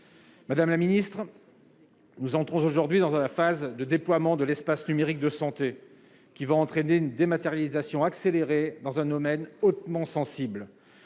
Madame la ministre nous entrons aujourd'hui dans un la phase de déploiement de l'espace numérique de santé qui va entraîner une dématérialisation accélérée dans un domaine hautement sensible